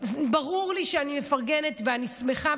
ברור לי שאני מפרגנת ואני שמחה,